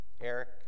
Eric